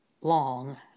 long